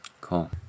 Cool